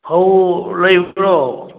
ꯐꯧ ꯂꯩꯕ꯭ꯔꯣ